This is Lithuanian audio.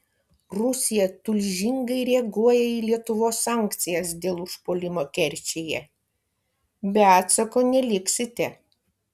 rusija tulžingai reaguoja į lietuvos sankcijas dėl užpuolimo kerčėje be atsako neliksite